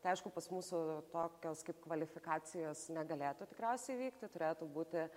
tai aišku pas mūsų tokios kaip kvalifikacijos negalėtų tikriausiai vykti turėtų būti